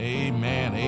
amen